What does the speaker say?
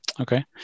Okay